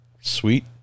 sweet